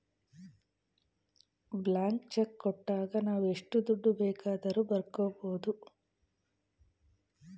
blank cheque ಕೊಟ್ಟಾಗ ನಾವು ಎಷ್ಟು ದುಡ್ಡು ಬೇಕಾದರೂ ಬರ್ಕೊ ಬೋದು